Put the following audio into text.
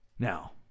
Now